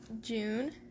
June